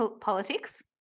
Politics